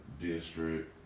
district